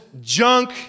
junk